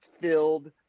filled